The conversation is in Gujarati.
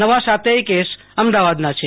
નવા સાતેય કેસ અમદાવાદના છે